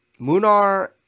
Munar